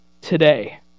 today